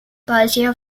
padecía